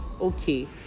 Okay